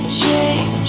change